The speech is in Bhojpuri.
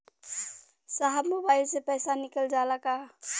साहब मोबाइल से पैसा निकल जाला का?